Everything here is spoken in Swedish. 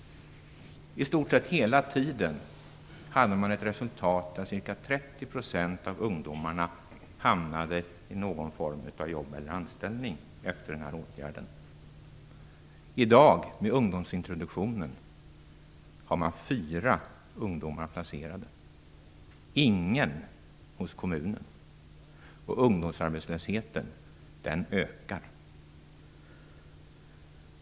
I stort sett hela tiden hade man ett resultat innebärande att ca 30 % av ungdomarna hamnade i någon form av jobb eller anställning efter denna åtgärd. I dag med ungdomsintroduktionen har man fyra ungdomar placerade, ingen hos kommunen, och ungdomsarbetslösheten ökar.